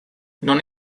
non